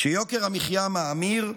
כשיוקר המחיה מאמיר,